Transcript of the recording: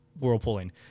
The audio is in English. whirlpooling